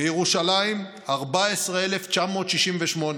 בירושלים, 14,968,